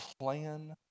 plan